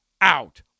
out